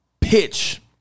pitch